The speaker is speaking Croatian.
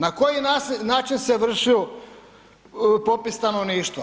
Na koji način se vršu popis stanovništva?